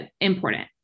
important